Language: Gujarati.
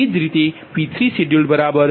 એ જ રીતેP3scheduledPg3 PL3